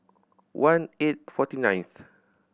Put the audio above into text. one eight forty nineth